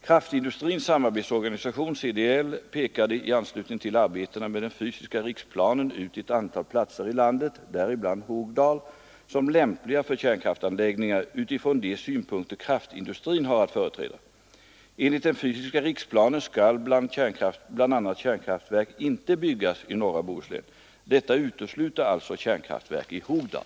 Kraftindustrins samarbetsorganisation pekade i anslutning till arbetena med den fysiska riksplanen ut ett antal platser i landet, däribland Hogdal, som lämpliga för kärnkraftanläggningar utifrån de synpunkter kraftindustrin har att företräda. Enligt den fysiska riksplanen skall bl.a. kärnkraftverk inte byggas i norra Bohuslän. Detta utesluter alltså kärnkraftverk i Hogdal.